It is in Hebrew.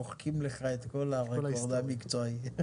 מוחקים לך את כל הרקורד המקצועי.